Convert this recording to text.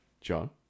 John